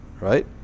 right